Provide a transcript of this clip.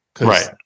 Right